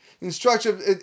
instruction